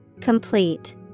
Complete